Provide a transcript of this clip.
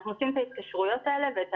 אנחנו עושים את ההתקשרויות האלה ואת